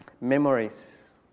memories